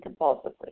compulsively